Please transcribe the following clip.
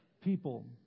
people